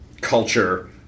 culture